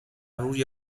روی